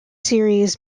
series